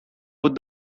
would